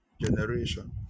generation